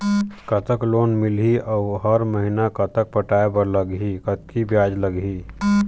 कतक लोन मिलही अऊ हर महीना कतक पटाए बर लगही, कतकी ब्याज लगही?